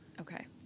Okay